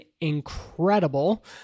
incredible